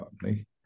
company